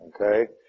okay